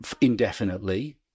indefinitely